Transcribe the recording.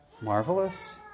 marvelous